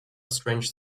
strange